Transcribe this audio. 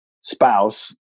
spouse